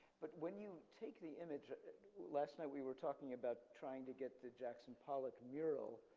but when you take the image, last night we were talking about trying to get the jackson pollock mural,